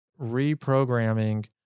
reprogramming